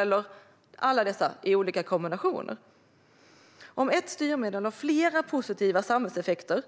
Eller också kan det vara olika kombinationer av dessa syften. Om ett styrmedel har flera positiva samhällseffekter